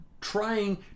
trying